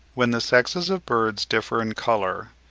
when the sexes of birds differ in colour,